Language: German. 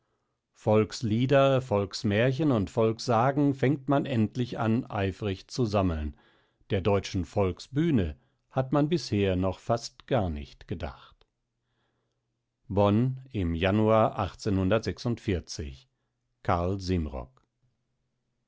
volkslieder volksmärchen und volkssagen fängt man endlich an eifrig zu sammeln der deutschen volksbühne hat man bisher noch fast gar nicht gedacht bonn im januar